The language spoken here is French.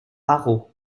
arreau